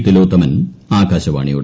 തിലോത്തമൻ ആകാശവാണിയോട്